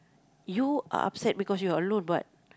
you are upset because you are alone but